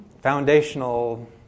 foundational